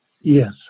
Yes